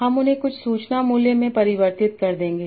हम उन्हें कुछ सूचना मूल्य में परिवर्तित कर देंगे